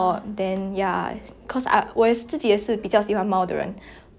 it's just nice to know that when you come home at the end of the day then